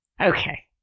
Okay